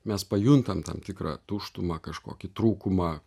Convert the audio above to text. mes pajuntam tam tikrą tuštumą kažkokį trūkumą